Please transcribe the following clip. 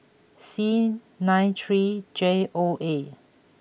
C nine three J O A